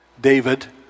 David